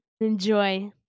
enjoy